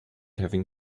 having